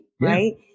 right